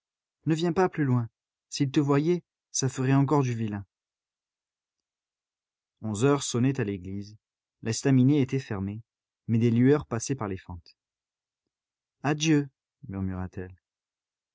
ne viens pas plus loin s'il te voyait ça ferait encore du vilain onze heures sonnaient à l'église l'estaminet était fermé mais des lueurs passaient par les fentes adieu